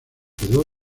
quedó